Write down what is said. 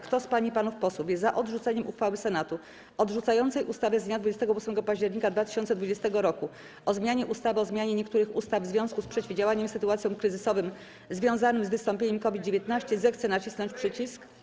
Kto z pań i panów posłów jest za odrzuceniem uchwały Senatu odrzucającej ustawę z dnia 28 października 2020 r. o zmianie ustawy o zmianie niektórych ustaw w związku z przeciwdziałaniem sytuacjom kryzysowym związanym z wystąpieniem COVID-19, zechce nacisnąć przycisk.